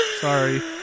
Sorry